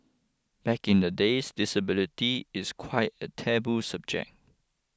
back in the days disability is quite a taboo subject